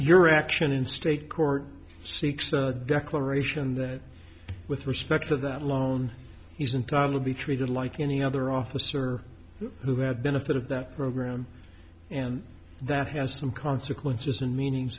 your action in state court seeks a declaration that with respect to that loan he's entitled to be treated like any other officer who had been of that of that program and that has some consequences in meaning